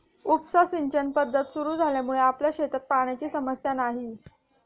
उपसा सिंचन पद्धत सुरु झाल्यामुळे आपल्या शेतात पाण्याची समस्या नाही